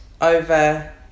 over